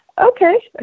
Okay